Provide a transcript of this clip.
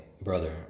brother